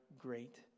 great